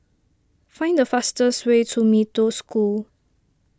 find the fastest way to Mee Toh School